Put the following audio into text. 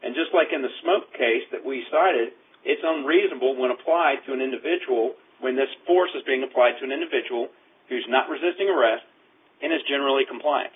and just like in the smoke case that we cited it's on reasonable when applied to an individual when this force is being applied to an individual who is not resisting arrest and is generally compl